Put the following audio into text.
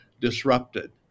disrupted